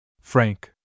Frank